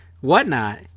whatnot